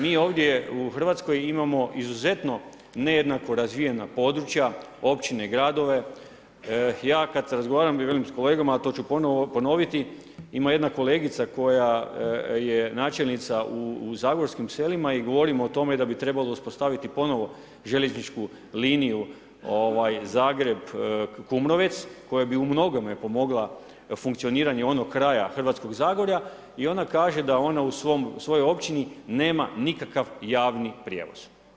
Mi ovdje u Hrvatskoj imamo izuzetno nejednako razvijena područja općine i gradove, ja kada razgovaram s kolegama, a to ću ponoviti, ima jedna kolegica koja je načelnica u zagorskim selima i govorimo o tome da bi trebalo uspostaviti ponovo željezničku liniju Zagreb-Kumrovec koja bi u mnogome pomogla funkcioniranju onog kraja Hrvatskog zagorja i ona kaže da ona u svojoj općini nema nikakav javni prijevoz.